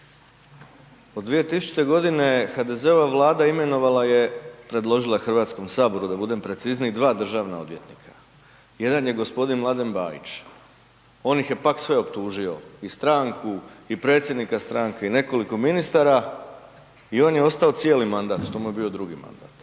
Od 2000. HDZ-ova vlada imenovala je, predložila Hrvatskom saboru da budem precizniji dva državna odvjetnika, jedan je gospodin Mladen Bajić, on ih je pak sve optužio i stranku i predsjednika stranke i nekoliko ministara i on je ostao cijeli mandat, to mu je bio drugi mandat,